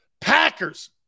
Packers